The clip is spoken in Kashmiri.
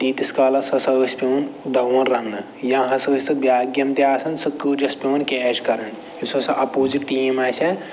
تیٖتِس کالس ہَسا ٲسۍ پٮ۪وان دَوُن رَنہٕ یا ہَسا ٲسۍ سۄ بیٛاکھ گیم تہِ آسان سۄ کٔج ٲس پٮ۪وان کیچ کَرٕنۍ یُس ہَسا اَپوزِٹ ٹیٖم آسہِ ہا